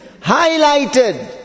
highlighted